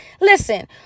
listen